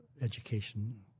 education